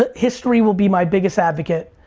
ah history will be my biggest advocate.